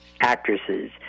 actresses